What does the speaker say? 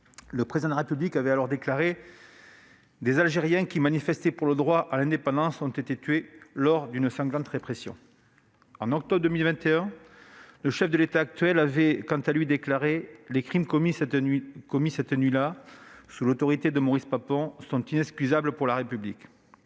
le président de la République déclarait :« Des Algériens qui manifestaient pour le droit à l'indépendance ont été tués lors d'une sanglante répression. » En octobre 2021, l'actuel chef de l'État ajoutait quant à lui :« Les crimes commis cette nuit-là sous l'autorité de Maurice Papon sont inexcusables pour la République.